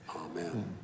amen